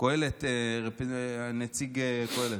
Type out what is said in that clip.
נציג קהלת,